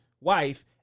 wife